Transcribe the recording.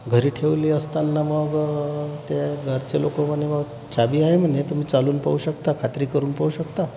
घरी ठेवली असताना मग ते घरचे लोकं म्हणे मग चावी आहे म्हणे तुम्ही चालवून पाहू शकता खात्री करून पाहू शकता